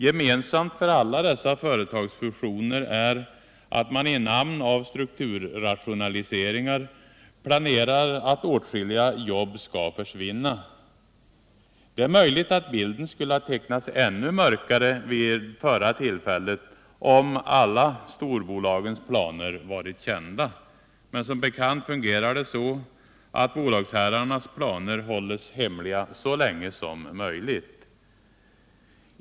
Gemensamt för alla dessa företagsfusioner är att i namn av strukturrationaliseringar åtskilliga jobb planeras försvinna. Det är möjligt att bilden skulle ha tecknats ännu mörkare vid förra tillfället om alla storbolagens planer varit kända. Som bekant fungerar det så att bolagsherrarnas planer hålls hemliga så länge som möjligt.